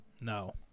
No